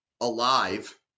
alive